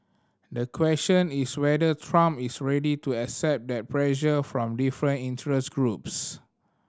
the question is whether Trump is ready to accept that pressure from different interest groups